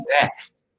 best